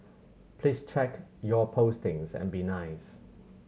please check your postings and be nice